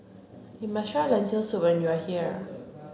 you must try Lentil soup when you are here